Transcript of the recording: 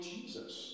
Jesus